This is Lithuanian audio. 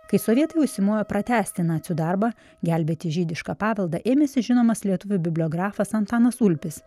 kai sovietai užsimojo pratęsti nacių darbą gelbėti žydišką paveldą ėmėsi žinomas lietuvių bibliografas antanas ulpis